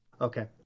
Okay